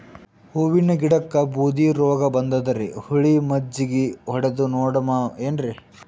ಹೂವಿನ ಗಿಡಕ್ಕ ಬೂದಿ ರೋಗಬಂದದರಿ, ಹುಳಿ ಮಜ್ಜಗಿ ಹೊಡದು ನೋಡಮ ಏನ್ರೀ?